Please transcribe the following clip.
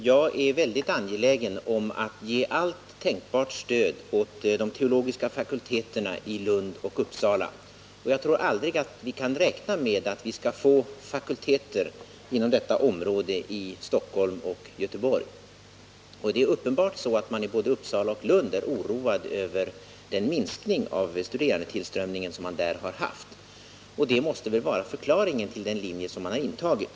Herr talman! Jag är angelägen om att ge allt tänkbart stöd till de teologiska fakulteterna i Lund och Uppsala. Jag tror aldrig att vi kan räkna med att få fakulteter inom detta område i Stockholm och Göteborg. Det är uppenbar ligen så, att man både i Uppsala och i Lund är oroad över den minskning av studerandetillströmningen som man där har haft. Detta måste väl vara förklaringen till den ståndpunkt som man har intagit.